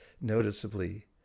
noticeably